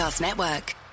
Network